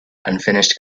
unfinished